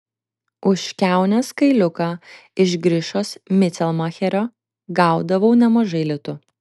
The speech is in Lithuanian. už kiaunės kailiuką iš grišos micelmacherio gaudavau nemažai litų